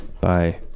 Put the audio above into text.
bye